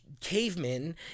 cavemen